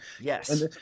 Yes